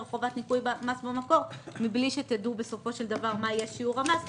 חובת ניכוי מס במקור מבלי שתדעו בסופו של דבר מה יהיה שיעור המס,